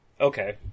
Okay